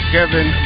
Kevin